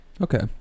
Okay